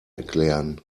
erklären